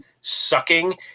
sucking